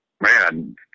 man